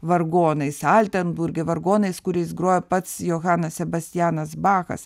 vargonais altenburge vargonais kuriais grojo pats johanas sebastianas bachas